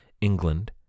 England